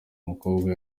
mukobwa